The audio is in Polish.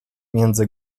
między